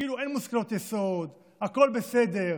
כאילו אין מושכלות יסוד, הכול בסדר,